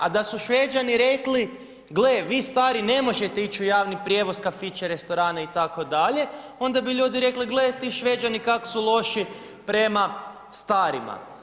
A da su Šveđani rekli gle vi stari ne možete ići u javni prijevoz, kafiće, restorane itd. onda bi ljudi rekli gle ti Šveđani kak su loši prema starima.